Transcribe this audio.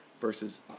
versus